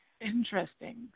Interesting